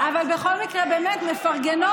אבל בכל מקרה, באמת מפרגנות.